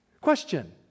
Question